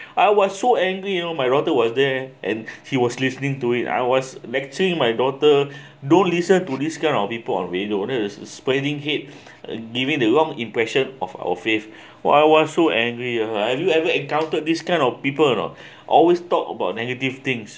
I was so angry you know my daughter was there and he was listening to it I was lecturing my daughter don't listen to this kind of people on way though spreading hate giving the wrong impression of our faith while I was so angry uh have you ever encountered this kind of people or not always talk about negative things